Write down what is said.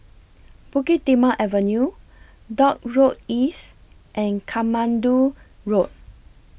Bukit Timah Avenue Dock Road East and Katmandu Road